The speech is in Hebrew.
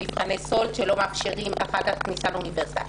מבחני סאלד שלא מאפשרים אחר כך כניסה לאוניברסיטה,